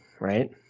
Right